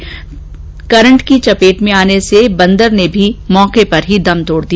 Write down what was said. तार की चपेट में आने से बंदर ने भी मौके पर दम तोड दिया